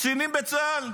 קצינים בצה"ל,